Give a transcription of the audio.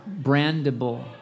brandable